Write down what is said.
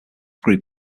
group